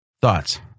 Thoughts